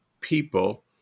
people